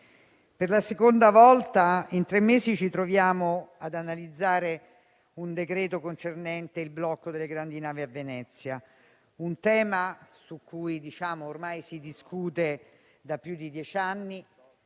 per la seconda volta in tre mesi ci troviamo ad analizzare un decreto concernente il blocco delle grandi navi a Venezia, un tema su cui si discute ormai da più di dieci anni.